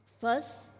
First